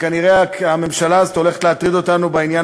שכנראה הממשלה הזאת הולכת להטריד אותנו בעניין